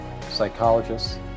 psychologists